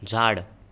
झाड